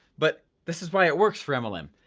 but this is why it works for mlm. um